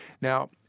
Now